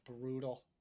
brutal